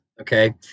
Okay